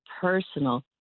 personal